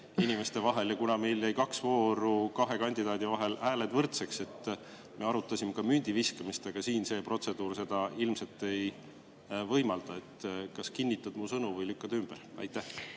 inimeste vahel visati münti. Kuna meil jäid kahes voorus kahe kandidaadi vahel hääled võrdseks, siis me arutasime ka mündiviskamist, aga siin see protseduur seda ilmselt ei võimalda. Kas kinnitad mu sõnu või lükkad ümber? Aitäh,